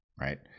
right